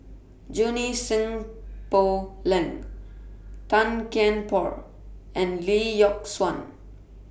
Junie Sng Poh Leng Tan Kian Por and Lee Yock Suan